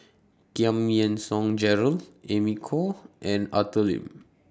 Giam Yean Song Gerald Amy Khor and Arthur Lim